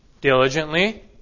Diligently